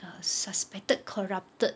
uh suspected corrupted